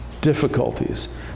difficulties